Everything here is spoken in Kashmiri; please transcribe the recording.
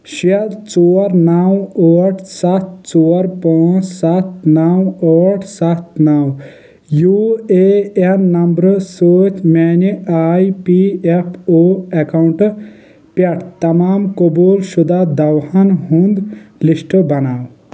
شیٚے ژور نو ٲٹھ ستھ ژور پانٛژھ ستھ نو ٲٹھ ستھ نو یو اے این نمبرٕ سۭتۍ میانہِ آی پی ایف او اکاؤنٹہٕ پٮ۪ٹھ تمام قبول شُدہ دوہَن ہُنٛد لسٹ بناو